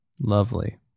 lovely